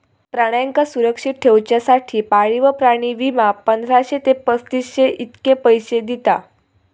प्राण्यांका सुरक्षित ठेवच्यासाठी पाळीव प्राणी विमा, पंधराशे ते पस्तीसशे इतके पैशे दिता